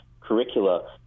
curricula